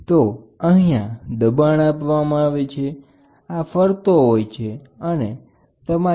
તો અહીં આપણે દબાણ આપીએ છીએ આ ફરે છે અને તમે સ્ટ્રેન સેન્સિટિવ વાયરનો ઉપયોગ કર્યો છે